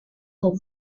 son